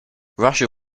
russia